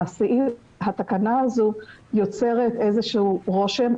התקנה הזו יוצרת רושם,